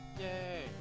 Yay